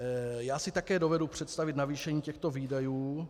Já si také dovedu představit navýšení těchto výdajů.